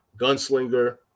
gunslinger